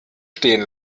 stehen